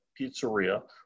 pizzeria